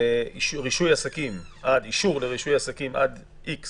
אישור לרישוי עסקים עד X